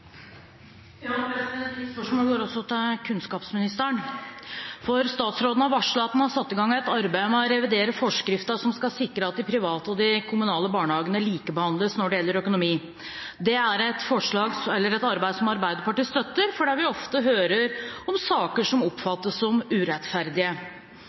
Mitt spørsmål går også til kunnskapsministeren. Statsråden har varslet at han har satt i gang et arbeid med å revidere forskriften som skal sikre at de private og de kommunale barnehagene likebehandles når det gjelder økonomi. Det er et arbeid som Arbeiderpartiet støtter, fordi vi ofte hører om saker som oppfattes som urettferdige.